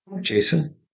Jason